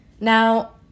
Now